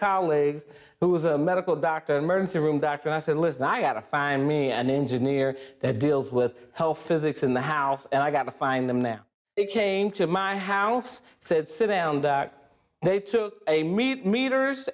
colleague who is a medical doctor emergency room doctor i said listen i have to find me an engineer that deals with health physics in the house and i got to find them now it came to my house said sit down that they took a meat met